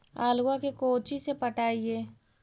आलुआ के कोचि से पटाइए?